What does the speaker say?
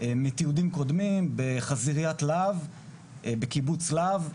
מתיעודים קודמים, בחזיריית להב בקיבוץ להב.